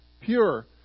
pure